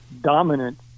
dominant